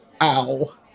Ow